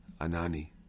Anani